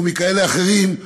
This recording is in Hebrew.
ומכאלה אחרים,